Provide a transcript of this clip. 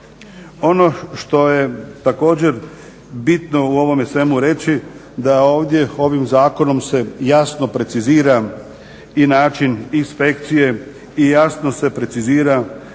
Ono što je također bitno u ovome svemu reći da ovdje ovim zakonom se jasno precizira i način i inspekcije i jasno se precizira i sa